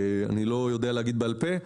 אני לא יודע להגיד בעל פה.